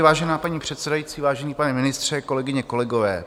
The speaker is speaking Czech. Vážená paní předsedající, vážený pane ministře, kolegyně, kolegové.